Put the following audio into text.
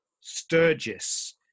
Sturgis